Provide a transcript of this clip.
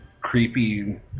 creepy